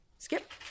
Skip